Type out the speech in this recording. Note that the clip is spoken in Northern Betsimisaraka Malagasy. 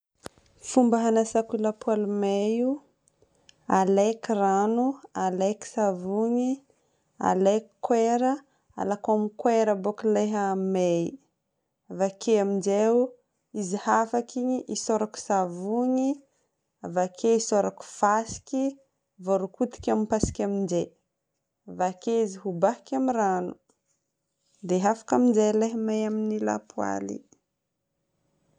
Fomba agnasako lapoaly may io, alaiko rano, alaiko savony, alaiko koera. Alako amin'ny koera bôko ilay may. Vake aminjay ao, izy hafaka igny, isôrako savony, avake isôrako fasiky vô rokotika amin'ny fasika aminjay. Vake izy kobagniko amin'ny rano. Dia afaka aminjay ilay may amin'ny lapoaly.